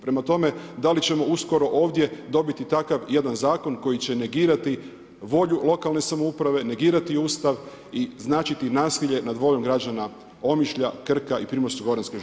Prema tome, da li ćemo uskoro ovdje dobiti takav jedan zakon koji će negirati volju lokalne samouprave, negirati Ustav i značiti nasilje nad voljom građana Omišlja, Krka i Primorsko-goranske županije.